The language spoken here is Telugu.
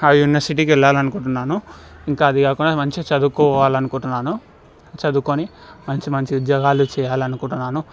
ఆ యూనివర్సిటీకి వెళ్లాలనుకుంటున్నాను ఇంకా అది కాకుండా మంచిగ చదువుకోవాలి అనుకుంటున్నాను చదువుకొని మంచి మంచి ఉద్యోగాలు చేయాలనుకుంటున్నాను